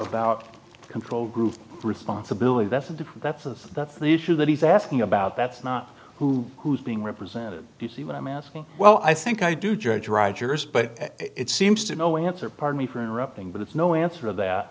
about control group responsibility that's the that's the that's the issue that he's asking about that's not who who's being represented you see what i'm asking well i think i do judge rogers but it seems to no answer pardon me for interrupting but it's no answer t